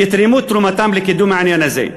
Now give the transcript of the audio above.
יתרמו את תרומתם לקידום העניין הזה.